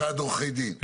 לא, של משרד עורכי דין.